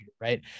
right